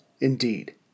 indeed